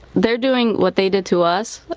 they're doing what they did to us,